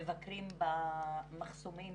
מבקרים במחסומים